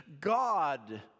God